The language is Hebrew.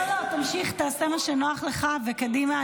תמשיך, תעשה מה שנוח לך, וקדימה.